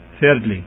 thirdly